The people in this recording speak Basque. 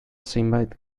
zenbait